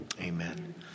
Amen